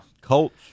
Colts